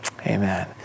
Amen